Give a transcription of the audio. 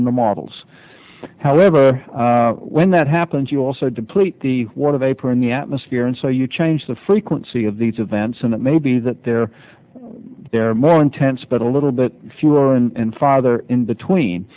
in the models however when that happens you also deplete the one of a per in the atmosphere and so you change the frequency of these events and it may be that they're they're more intense but a little bit fewer and farther in between